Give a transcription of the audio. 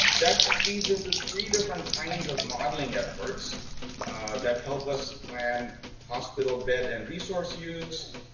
that feeds into three different kinds of modeling efforts that help us plan hospital bed and resource use,